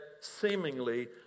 seemingly